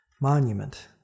Monument